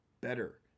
better